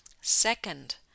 second